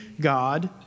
God